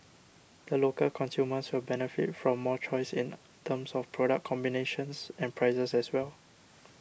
the local consumers will benefit from more choice in terms of product combinations and prices as well